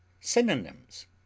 Synonyms